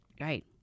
Right